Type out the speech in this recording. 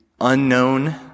unknown